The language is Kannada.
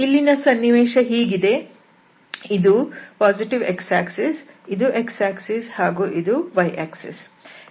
ಇಲ್ಲಿನ ಸನ್ನಿವೇಶ ಹೀಗಿದೆ ಇದು ಧನಾತ್ಮಕ x ಅಕ್ಷರೇಖೆ ಇದು x ಅಕ್ಷರೇಖೆ ಇದು y ಅಕ್ಷರೇಖೆ